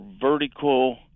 vertical